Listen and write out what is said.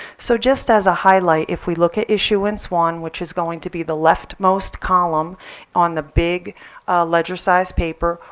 so just as a highlight if we look at issuance one, which is going to be the left most column on the big ledger size paper,